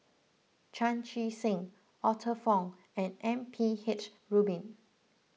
Chan Chee Seng Arthur Fong and M P H Rubin